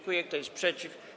Kto jest przeciw?